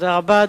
תודה רבה.